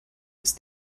ist